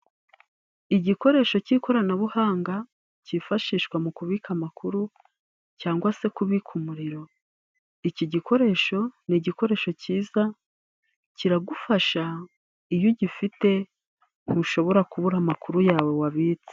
Igikoresho cy'ikoranabuhanga cyifashishwa mu kubika amakuru cyangwa se kubika umuriro, iki gikoresho ni igikoresho cyiza kiragufasha iyo ugifite ntushobora kubura amakuru yawe wabitse.